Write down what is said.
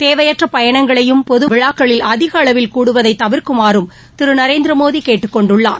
தேவையற்ற பயணங்களையும் பொது விழாக்களில் அதிக அளவில் கூடுவதை தவிர்க்குமாறும் திரு நரேந்திர மோடி கேட்டுக் கொண்டுள்ளார்